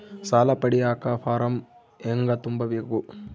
ಸಾಲ ಪಡಿಯಕ ಫಾರಂ ಹೆಂಗ ತುಂಬಬೇಕು?